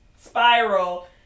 spiral